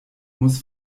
muss